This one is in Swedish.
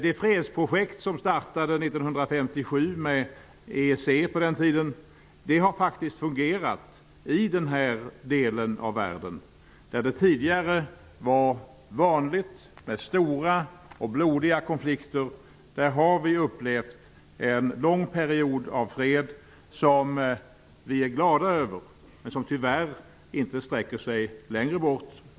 Det fredsprojekt som startade 1957 med EEC har faktiskt fungerat i den här delen av världen. Där det tidigare var vanligt med stora och blodiga konflikter har vi upplevt en lång period av fred, som vi är glada över. Tyvärr sträcker den sig inte långt bort.